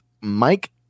Mike